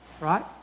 Right